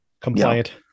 compliant